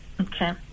Okay